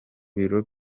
biro